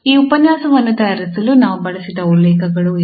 ಈ ಉಪನ್ಯಾಸವನ್ನು ತಯಾರಿಸಲು ನಾವು ಬಳಸಿದ ಉಲ್ಲೇಖಗಳು ಇವು